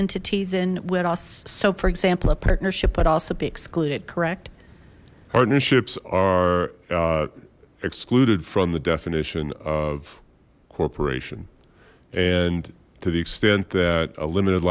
entity then we're also for example a partnership would also be excluded correct partnerships are excluded from the definition of corporation and to the extent that a limited